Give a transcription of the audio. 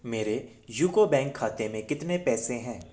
मेरे UCO bank bank खाते में कितने पैसे हैं